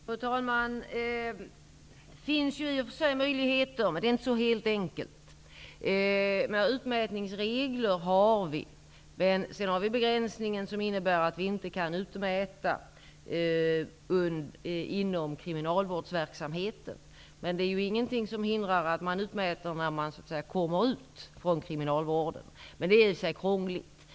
Fru talman! Det finns möjligheter, men det är inte så helt enkelt. Det finns utmätningsregler. Men det finns en begränsning som innebär att det inte går att utmäta inom kriminalvårdsverksamheten. Men det är ingenting som hindrar att det görs en utmätning när man kommer ut från kriminalvården. Det är i och för sig krångligt.